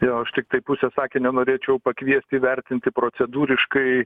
jo aš tiktai pusę sakinio norėčiau pakviesti įvertinti procedūriškai